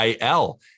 IL